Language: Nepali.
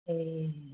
ए